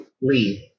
leave